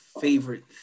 favorite